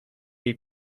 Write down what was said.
jej